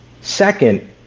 Second